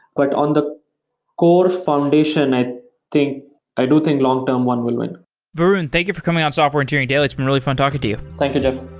but on the core foundation, and i do think long-term, one will win varun, thank you for coming on software engineering daily. it's been really fun talking to you thank you, jeff